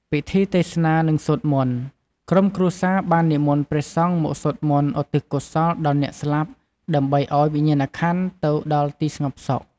ពិធីទេសនា និងសូត្រមន្ត ក្រុមគ្រួសារបាននិមន្តព្រះសង្ឃមកសូត្រមន្តឧទ្ទិសកុសលដល់អ្នកស្លាប់ ដើម្បីឱ្យវិញ្ញាណក្ខន្ធទៅដល់ទីស្ងប់សុខ។